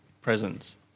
presence